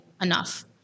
enough